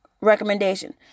recommendation